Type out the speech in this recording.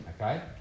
Okay